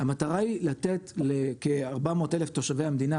המטרה היא לתת לכ-400,000 תושבי המדינה